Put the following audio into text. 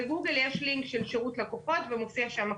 זה הדבר היחידי שיש בגינו איזו שהיא הסתייגות.